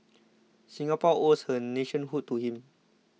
Singapore owes her nationhood to him